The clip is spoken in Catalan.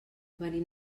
venim